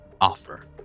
offer